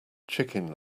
chicken